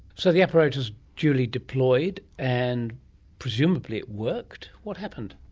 so the apparatus is duly deployed and presumably it worked. what happened?